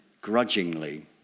grudgingly